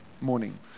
morning